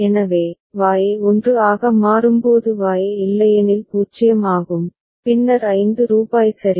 எனவே Y 1 ஆக மாறும்போது Y இல்லையெனில் 0 ஆகும் பின்னர் 5 ரூபாய் சரி